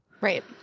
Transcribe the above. Right